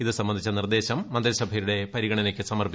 ഇതു സംബന്ധിച്ച നിർദ്ദേശം മന്ത്രിസഭയുടെ പരിഗണനയ്ക്ക് സമർപ്പിച്ചിട്ടു ്